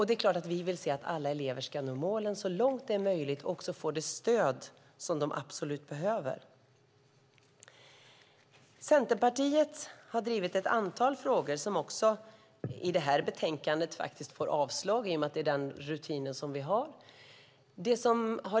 Det är klart att vi vill att alla elever ska nå målen så långt det är möjligt och också få det stöd som de absolut behöver. Centerpartiet har drivit ett antal frågor som får avslag i det här betänkandet i och med att det är den rutin vi har.